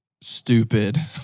stupid